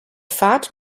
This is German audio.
fahrt